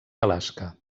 alaska